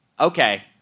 Okay